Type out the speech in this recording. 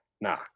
Nah